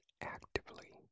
actively